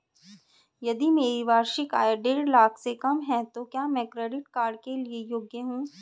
यदि मेरी वार्षिक आय देढ़ लाख से कम है तो क्या मैं क्रेडिट कार्ड के लिए योग्य हूँ?